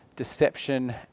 deception